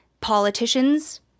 politicians